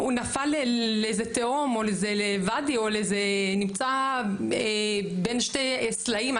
הוא נפל לאיזה תהום או לוואדי או נמצא בין שני סלעים?